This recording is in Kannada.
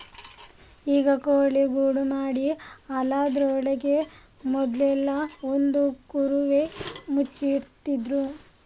ಈಗ ಕೋಳಿಗೆ ಗೂಡು ಮಾಡಿ ಅದ್ರೊಳಗೆ ಹಾಕಿದ್ರೆ ಮೊದ್ಲೆಲ್ಲಾ ಒಂದು ಕುರುವೆ ಮುಚ್ಚಿ ಇಡ್ತಿದ್ರು